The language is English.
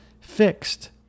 fixed